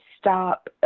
stop